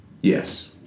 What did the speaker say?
Yes